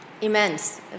Immense